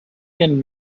can